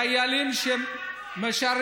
אלה חיילים שמשרתים.